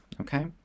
okay